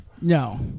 No